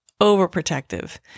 overprotective